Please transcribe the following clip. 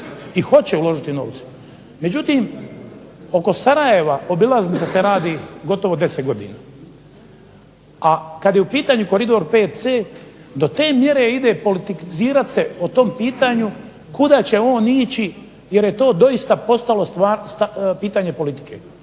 i hoće uložiti novce, međutim oko Sarajeva obilaznica se radi gotovo 10 godina, a kad je u pitanju koridor VC do te mjere ide politizirat se o tom pitanju kuda će on ići jer je to doista postalo pitanje politike.